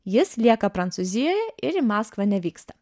jis lieka prancūzijoje ir į maskvą nevyksta